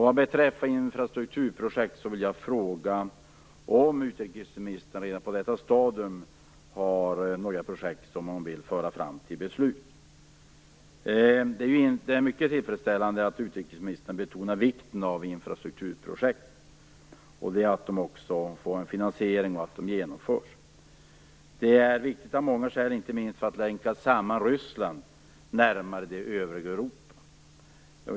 Vad beträffar infrastrukturprojekt vill jag fråga om utrikesministern redan på detta stadium har några projekt som man vill föra fram till beslut. Det är mycket tillfredsställande att utrikesministern betonar vikten av infrastrukturprojekt, av att de också får en finansiering och av att de genomförs. Det är viktigt av många skäl, inte minst för att länka samman Ryssland närmare det övriga Europa.